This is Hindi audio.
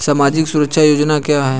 सामाजिक सुरक्षा योजना क्या है?